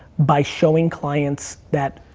by showing clients that